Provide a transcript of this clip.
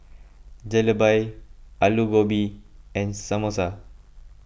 Jalebi Alu Gobi and Samosa